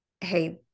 Hey